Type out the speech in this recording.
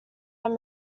had